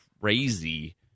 crazy